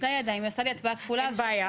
הצבעה בעד, 3 נגד, 0 נמנעים, 0 אושר אין בעיה.